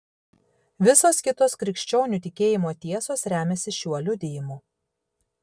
visos kitos krikščionių tikėjimo tiesos remiasi šiuo liudijimu